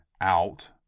out